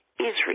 Israel